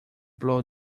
blow